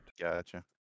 Gotcha